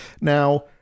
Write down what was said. Now